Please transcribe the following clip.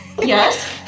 Yes